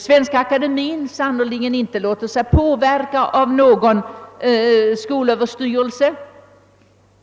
Svenska akademien låter sannerligen inte sig påverka av någon skolöverstyrelse